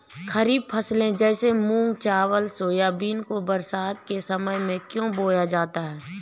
खरीफ फसले जैसे मूंग चावल सोयाबीन को बरसात के समय में क्यो बोया जाता है?